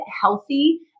healthy